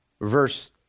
verse